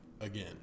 again